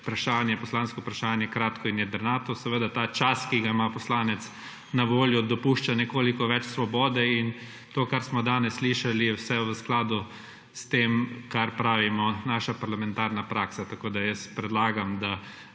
poslansko vprašanje kratko in jedrnato. Ta čas, ki ga ima poslanec na voljo, dopušča nekoliko več svobode. To, kar smo danes slišali, je vse v skladu s tem, kar pravimo naša parlamentarna praksa. Tako da jaz predlagam, da